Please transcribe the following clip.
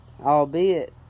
albeit